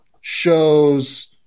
shows